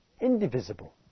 indivisible